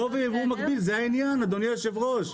זה העניין אדוני היושב ראש.